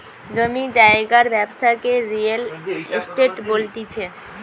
জমি জায়গার ব্যবসাকে রিয়েল এস্টেট বলতিছে